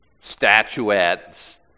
statuettes